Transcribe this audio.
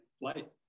Flight